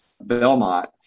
Belmont